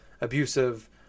abusive